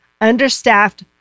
understaffed